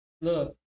look